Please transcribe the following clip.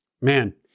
Man